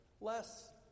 less